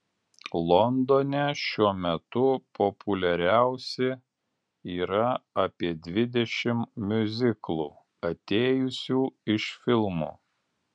londone šiuo metu populiariausi yra apie dvidešimt miuziklų atėjusių iš filmų